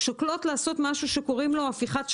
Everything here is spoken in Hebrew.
שוקלות לעשות משהו שקוראים לו הפיכת שרוול.